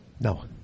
no